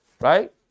right